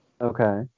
Okay